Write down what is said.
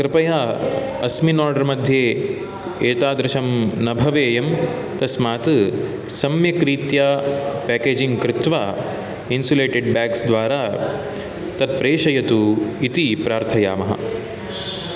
कृपया अस्मिन् आर्डर् मध्ये एतादृशं न भवेयम् तस्मात् सम्यक् रीत्या पेकेजिंग् कृत्वा इन्सुलेटेड् बेग्स् द्वारा तत् प्रेषयतु इति प्रार्थयामः